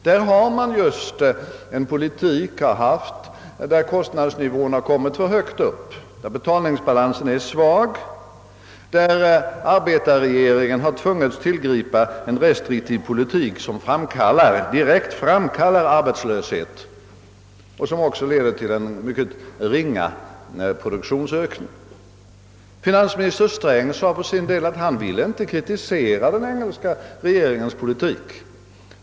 Där har man fört en politik som medfört att kostnadsnivån har kommit för högt upp, där betalningsbalansen har blivit svag, där arbetarregeringen har tvingats tillgripa en restriktiv politik, som direkt framkallar arbetslöshet och som också leder till en mycket ringa produktionsökning. Finansminister Sträng sade för sin del att han inte ville kritisera den engelska regeringens politik.